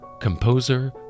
composer